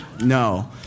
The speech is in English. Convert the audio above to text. no